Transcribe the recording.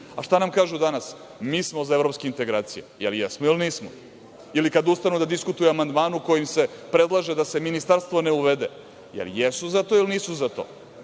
nam kažu danas – mi smo za evropske integracije. Da li jesmo ili nismo? Ili kada ustanu da diskutuju o amandmanu kojim se predlaže da se ministarstvo ne uvede, da li jesu za to ili nisu za to